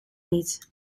niet